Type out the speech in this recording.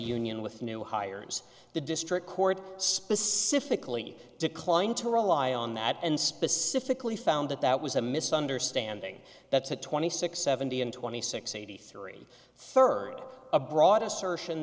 union with new hires the district court specifically declined to rely on that and specifically found that that was a misunderstanding that's a twenty six seventy and twenty six eighty three third a broad assertion